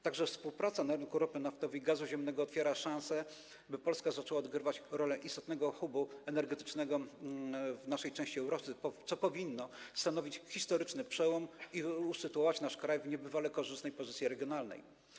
Także współpraca na rynku ropy naftowej i gazu ziemnego otwiera szanse, by Polska zaczęła odgrywać rolę istotnego hubu energetycznego w naszej części Europy, co powinno stanowić historyczny przełom i usytuować nasz kraj w niebywale korzystniejszej pozycji regionalnej.